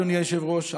אדוני היושב-ראש,